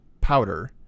powder